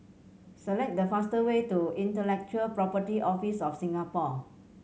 select the fastest way to Intellectual Property Office of Singapore